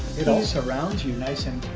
it all surrounds you nice and.